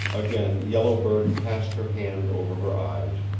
again yellow bird passed her hand over her eyes,